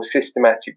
systematic